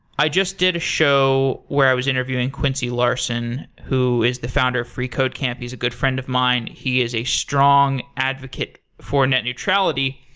i just did a show where i was interviewing quincy larson who is the founder of free code camp. he's a good friend of mine. he is a strong advocate for net neutrality.